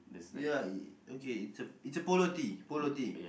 ya it okay it's it's a polo tee polo tee